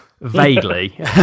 Vaguely